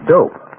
Dope